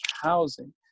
housing